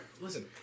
Listen